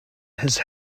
has